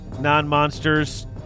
non-monsters